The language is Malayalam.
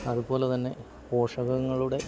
അതുപോലെതന്നെ പോഷകങ്ങളുടെ